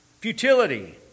futility